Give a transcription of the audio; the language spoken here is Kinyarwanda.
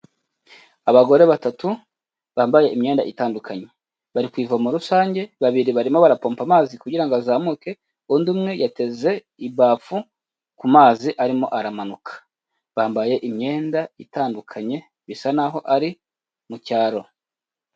Abagore batatu bambaye imyenda itandukanye bari kuyivomo rusange, babiri barimo barapompa amazi kugirango ngo azamuke, undi umwe yateze ibafu ku mazi arimo aramanuka, bambaye imyenda itandukanye bisa naho ari mu cyaro.